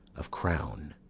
of crown,